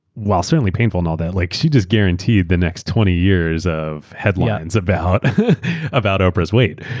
while certainly painful and all that, like she just guaranteed the next twenty years of headlines about about oprah's weight.